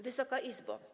Wysoka Izbo!